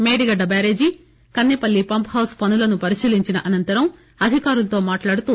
Medigadda barrage Kassepalli pump house పనులను పరిశీలించిన అనంతరం అధికారులతో మాట్లాడుతూ